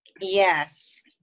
Yes